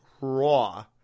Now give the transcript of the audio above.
raw